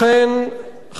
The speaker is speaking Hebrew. חברה מודרנית,